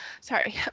sorry